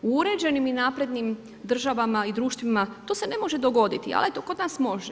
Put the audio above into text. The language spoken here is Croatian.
U uređenim i naprednim državama i društvima to se ne može dogoditi, ali eto kod nas može.